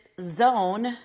zone